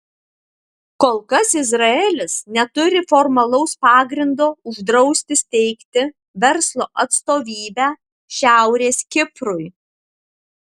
kol kas izraelis neturi formalaus pagrindo uždrausti steigti verslo atstovybę šiaurės kiprui